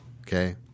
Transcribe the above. Okay